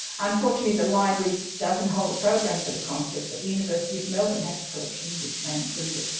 unfortunately the library doesn't hold a program for the concert but the university of melbourne has a collection which may include it.